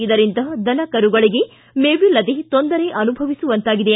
ಇದರಿಂದ ದನಕರುಗಳಿಗೆ ಮೇವಿಲ್ಲದೇ ತೊಂದರೆ ಅನುಭವಿಸುವಂತಾಗಿದೆ